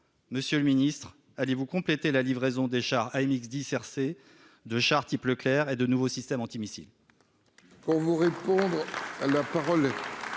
Monsieur le ministre, allez-vous compléter la livraison des chars AMX 10 RC par des chars Leclerc et de nouveaux systèmes antimissiles ?